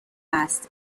است